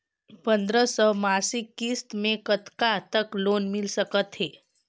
पंद्रह सौ मासिक किस्त मे कतका तक लोन मिल सकत हे?